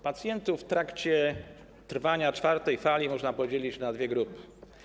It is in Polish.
Pacjentów w trakcie trwania czwartej fali pandemii można podzielić na dwie grupy.